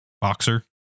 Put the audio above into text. boxer